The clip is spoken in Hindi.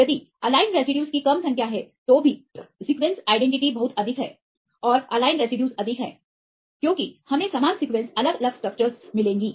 यदि एलाइन रेसिड्यूज की कम संख्या है तो भी सीक्वेंस आईडेंटिटी बहुत अधिक है और एलाइन रेसिड्यूज अधिक हैं क्योंकि हमें समान सीक्वेंस अलग अलग स्ट्रक्चर्स मिलेंगी